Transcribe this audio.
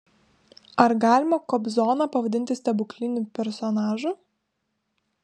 ar galima kobzoną pavadinti stebukliniu personažu